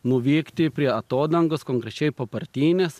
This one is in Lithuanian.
nuvykti prie atodangos konkrečiai papartynės